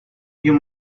you